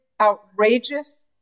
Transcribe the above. outrageous